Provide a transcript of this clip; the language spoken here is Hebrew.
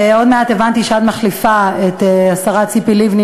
הבנתי שעוד מעט את מחליפה את השרה ציפי לבני,